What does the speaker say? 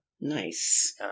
Nice